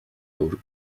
turc